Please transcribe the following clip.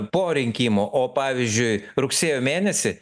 po rinkimų o pavyzdžiui rugsėjo mėnesį